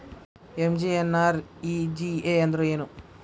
MGNREGA ಅಂದ್ರೆ ಏನು?